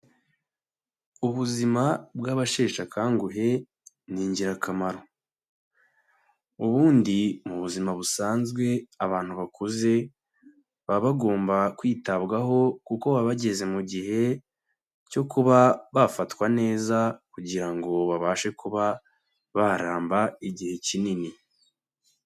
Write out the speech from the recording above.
Ubuzima bw'abasheshe akanguhe ni ingirakamaro, ubundi mu buzima busanzwe abantu bakuze baba bagomba kwitabwaho kuko baba bageze mu gihe cyo kuba bafatwa neza kugirango babashe kuba baramba igihe kinini.